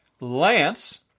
Lance